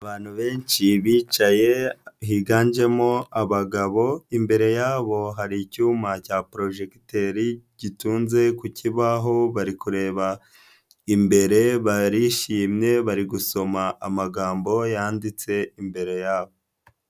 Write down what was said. Abantu benshi bicaye, higanjemo abagabo, imbere yabo hari icyuma cya pOrojegiteri, gitunze ku kibaho, bari kureba imbere barishimye, bari gusoma amagambo yanditse imbere yabo.